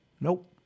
Nope